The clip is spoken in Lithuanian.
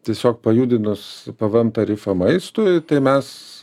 tiesiog pajudinus pvm tarifą maistui tai mes